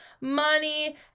money